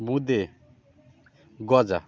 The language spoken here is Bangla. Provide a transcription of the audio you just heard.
বোঁদে গজা